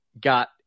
got